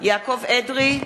יעקב אדרי,